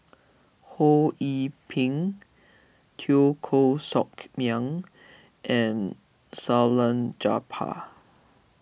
Ho Yee Ping Teo Koh Sock Miang and Salleh Japar